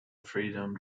freedom